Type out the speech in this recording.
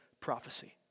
prophecy